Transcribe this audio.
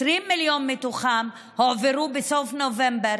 20 מיליון מתוכם הועברו בסוף נובמבר,